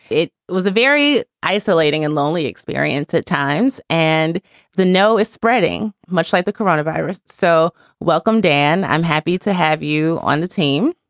it was a very isolating and lonely experience at times and the no is spreading. much like the coronavirus. so welcome, dan. i'm happy to have you on the team.